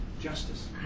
justice